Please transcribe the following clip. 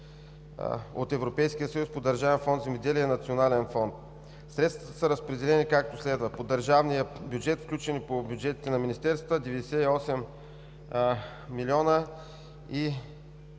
от Европейския съюз по Държавен фонд „Земеделие“ и Национален фонд. Средствата са разпределени, както следва: - по държавния бюджет (включени по бюджетите на министерствата) – 98,05